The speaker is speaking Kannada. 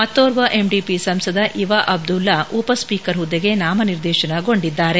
ಮತ್ತೋರ್ವ ಎಂಡಿಪಿ ಸಂಸದ ಇವಾ ಅಬ್ದುಲ್ಲಾ ಉಪ ಸ್ಪೀಕರ್ ಹುದ್ದೆಗೆ ನಾಮ ನಿರ್ದೇಶನ ಗೊಂಡಿದ್ದಾರೆ